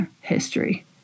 history